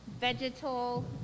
vegetal